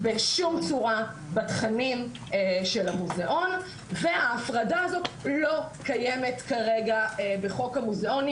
בשום צורה בתכנים של המוזיאון וההפרדה הזאת לא קיימת כרגע בחוק המוזיאונים